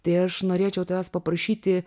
tai aš norėčiau tavęs paprašyti